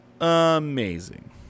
amazing